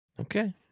Okay